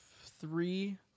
three